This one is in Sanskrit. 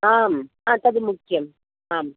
आं हा तद् मुख्यम् आम्